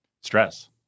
stress